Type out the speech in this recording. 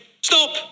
Stop